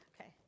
Okay